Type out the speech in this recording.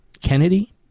kennedy